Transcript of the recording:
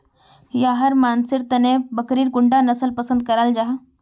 याहर मानसेर तने बकरीर कुंडा नसल पसंद कराल जाहा?